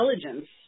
intelligence